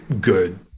good